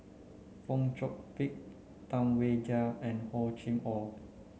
Fong Chong Pik Tam Wai Jia and Hor Chim Or